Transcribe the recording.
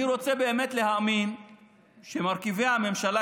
אני רוצה באמת להאמין שמרכיבי הממשלה,